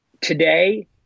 today